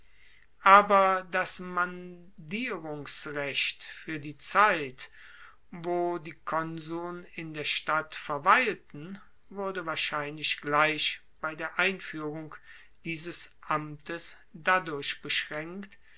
aber das mandierungsrecht fuer die zeit wo die konsuln in der stadt verweilten wurde wahrscheinlich gleich bei der einfuehrung dieses amtes dadurch beschraenkt